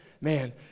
man